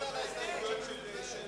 ההסתייגויות של שלי.